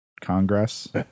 Congress